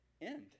end